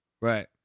Right